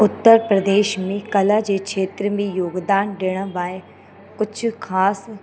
उत्तर प्रदेश में कला जे क्षेत्र में योगदान ॾिण लाइ कुझु ख़ासि